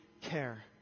care